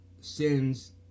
sins